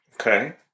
Okay